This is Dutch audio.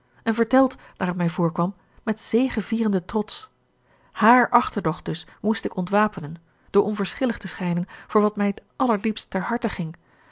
en verteld naar het mij voorkwam met zegevierenden trots hààr achterdocht dus moest ik ontwapenen door onverschillig te schijnen voor wat mij het allerdiepst ter harte ging